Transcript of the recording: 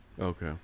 Okay